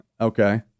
Okay